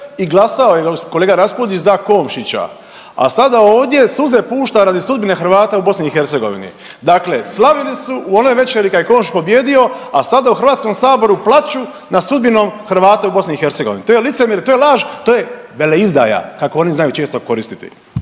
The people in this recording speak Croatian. i glasao je kolega Raspudić za Komšića, a sada ovdje suze pušta radi sudbine Hrvata u BiH, dakle slavili su u onoj večeri kad je Komšić pobijedio, a sada u HS plaču nad sudbinom Hrvata u BiH. To je licemjerje, to je laž, to je veleizdaja, kako oni znaju često koristiti.